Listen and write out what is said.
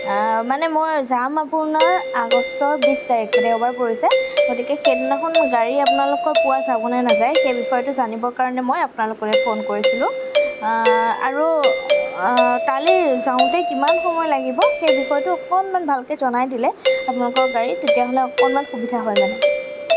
মানে মই যাম আপোনাৰ আগষ্টৰ বিছ তাৰিখে দেওবাৰ পৰিছে গতিকে সেই দিনাখন গাড়ী আপোনালোকৰ পোৱা যাবনে নাযায় সেই বিষয়টো জানিবৰ কাৰণে মই আপোনালোকলৈ ফোন কৰিছিলোঁ আৰু তালৈ যাওঁতে কিমান সময় লাগিব সেই বিষয়টো অকণমান ভালকে জনাই দিলে আপোনালোকৰ গাড়ী তেতিয়াহ'লে অকণমান সুবিধা হয় মানে